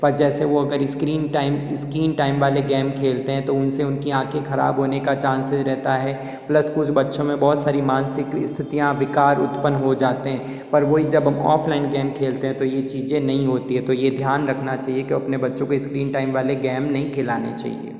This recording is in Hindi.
पर जैसे वो अगर स्क्रीन टाइम स्क्रीन टाइम वाले गेम खेलते हैं तो उनसे उनकी आँखें खराब होने का चान्सेज रहता है प्लस कुछ बच्चों में बहुत सारी मानसिक स्थितियां विकार उत्पन्न हो जाते है पर वही जब हम ऑफलाइन गेम खेलते हैं तो ये चीजें नहीं होती है तो यह ध्यान रखना चाहिए कि अपने बच्चों को स्क्रीन टाइम वाले गेम नहीं खिलाने चाहिए